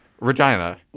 Regina